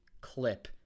clip